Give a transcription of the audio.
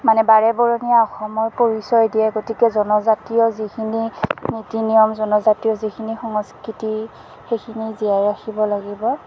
মানে বাৰেবৰণীয়া অসমৰ পৰিচয় দিয়ে গতিকে জনজাতীয় যিখিনি নীতি নিয়ম জনজাতীয় যিখিনি সংস্কৃতি সেইখিনি জীয়াই ৰাখিব লাগিব